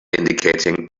indicating